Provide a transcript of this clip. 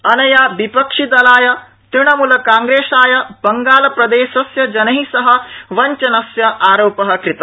अनया विपक्षिदलाय तृणमूलकांप्रेसाय बंगालप्रदेशस्य जनै सह वंचनस्य आरोप कृत